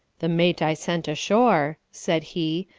the mate i sent ashore, said he,